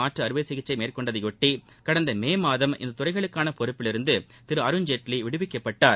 மாற்று அறுவை சிகிச்சை மேற்கொண்டதையொட்டி கடந்த மே மாதம் சிறுநீரக இந்த துறைகளுக்கான பொறுப்பிலிருந்து திரு அருண்ஜேட்லி விடுவிக்கப்பட்டார்